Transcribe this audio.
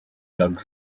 jak